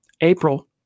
April